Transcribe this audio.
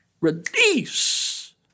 release